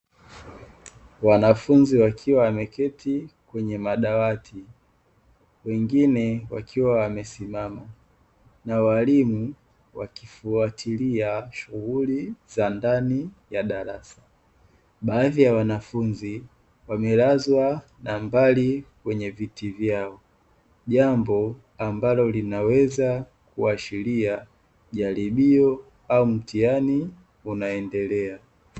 Wanafunzi wakiwa wameketi kwenye madawati. Wengine wakiwa wamesimama na walimu wakifuatilia shughuli za ndani ya darasa. Baadhi ya wanafunzi wamelazwa na mbali kwenye viti vyao. Jambo ambalo linaweza kuashiria jaribio au mtihani unaendelea.